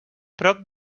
prop